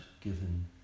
given